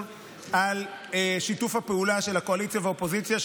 על שיתוף הפעולה של הקואליציה והאופוזיציה,